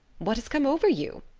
what has come over you?